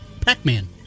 Pac-Man